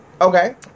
Okay